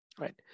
right